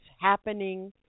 happening